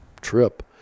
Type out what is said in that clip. trip